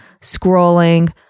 scrolling